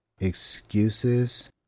Excuses